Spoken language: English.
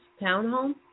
townhome